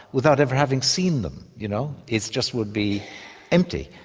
without ever having seen them. you know, it just would be empty.